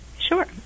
Sure